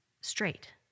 straight